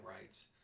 rights